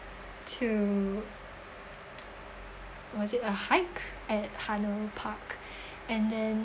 to was it a hike at haneul park and then